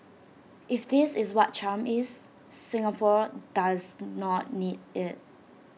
if this is what charm is Singapore does not need IT